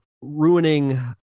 ruining